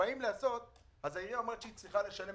כשבאים לעשות אז העירייה אומרת שהיא צריכה לשלם